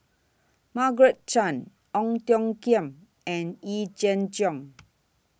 Margaret Chan Ong Tiong Khiam and Yee Jenn Jong